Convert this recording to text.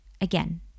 again